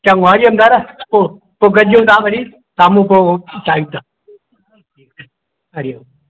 चङो हरिओम दादा पोइ पोइ गॾिजूं था वरी साम्हूं पोइ ठाहियूं था हरिओम